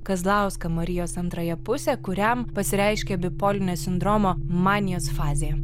kazlauską marijos antrąją pusę kuriam pasireiškia bipolinio sindromo manijos fazė